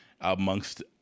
amongst